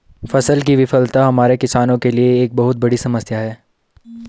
फसल की विफलता हमारे किसानों के लिए एक बहुत बड़ी समस्या है